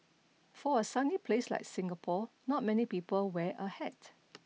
for a sunny place like Singapore not many people wear a hat